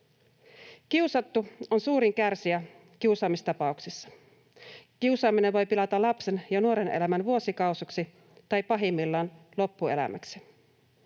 Kiusattu on suurin kärsijä kiusaamistapauksissa. Kiusaaminen voi pilata lapsen ja nuoren elämän vuosikausiksi tai pahimmillaan loppuelämäksi.